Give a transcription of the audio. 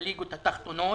לליגות התחתונות,